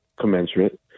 commensurate